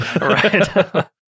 Right